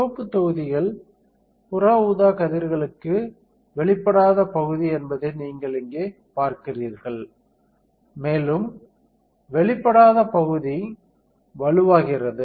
சிவப்புத் தொகுதிகள் புற ஊதா கதிர்களுக்கு வெளிப்படாத பகுதி என்பதை நீங்கள் இங்கே பார்க்கிறீர்கள் மேலும் வெளிப்படாத பகுதி வலுவாகிறது